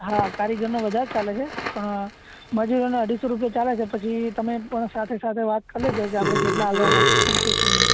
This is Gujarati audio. હા કારીગરનો વધારે ચાલે છે પણ મજૂરોનો અઢીસો રૂપિયા ચાલે છે પછી તમે પણ સાથે સાથે વાત કરી લેજો કે આપણે કેટલા આપવાના કે શું છે શું નહીં